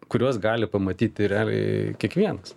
kuriuos gali pamatyti realiai kiekvienas